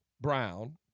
Brown